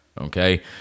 Okay